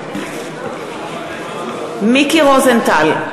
בעד מיקי רוזנטל,